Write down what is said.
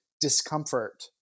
discomfort